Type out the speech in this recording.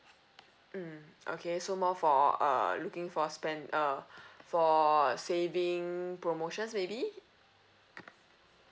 mm okay so more for uh looking for spend~ uh for saving promotions maybe